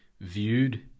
viewed